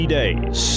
days